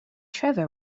trevor